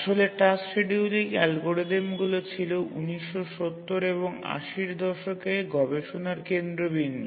আসলে task scheduling অ্যালগরিদমগুলি ছিল ১৯৭০ এবং ৮০ এর দশকে গবেষণার কেন্দ্রবিন্দু